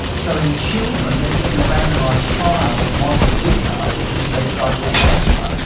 so in children there has been a randomised trial of montelukast, which is a drug for asthma,